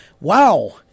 Wow